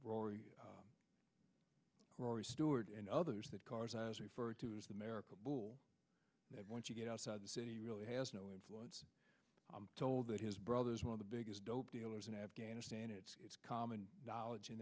rory rory stewart and others that cars i was referred to as the american bull that once you get outside the city really has no influence i'm told that his brother is one of the biggest dope dealers in afghanistan it's common knowledge in